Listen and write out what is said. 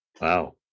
wow